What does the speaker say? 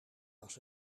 was